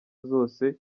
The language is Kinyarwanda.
zose